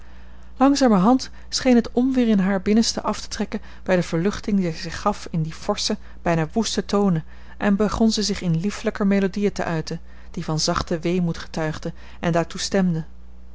langzamerhand scheen het onweer in haar binnenste af te trekken bij de verluchting die zij zich gaf in die forsche bijna woeste tonen en begon zij zich in liefelijker melodieën te uiten die van zachten weemoed getuigden en daartoe